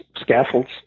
scaffolds